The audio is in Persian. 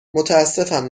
متاسفم